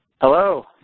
Hello